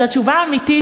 אז התשובה האמיתית,